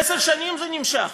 עשר שנים זה נמשך.